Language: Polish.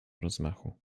rozmachu